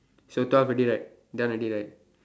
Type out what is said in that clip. should have twelve already right done already right